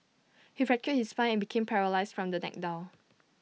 he fractured his spine and became paralysed from the neck down